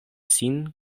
sin